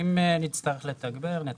אם נצטרך לתגבר, נתגבר.